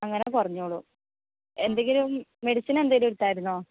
അങ്ങനെ കുറഞ്ഞോളും എന്തെങ്കിലും മെഡിസിനെന്തേലും എടുത്തായിരുന്നോ